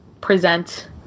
present